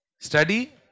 Study